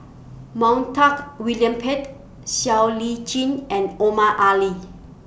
Montague William Pett Siow Lee Chin and Omar Ali